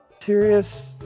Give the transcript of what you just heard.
serious